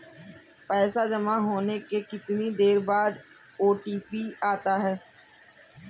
पैसा जमा होने के कितनी देर बाद ओ.टी.पी आता है?